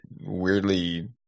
weirdly